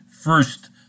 first